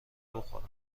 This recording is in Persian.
بخورن